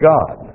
God